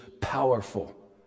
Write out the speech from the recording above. powerful